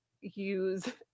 use